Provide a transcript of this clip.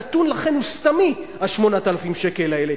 הנתון, לכן, סתמי, 8,000 השקל האלה.